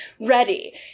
ready